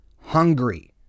hungry